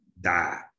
die